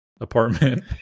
apartment